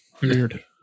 weird